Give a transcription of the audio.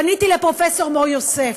פניתי לפרופ' מור-יוסף,